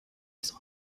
als